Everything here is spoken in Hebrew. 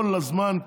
כל הזמן,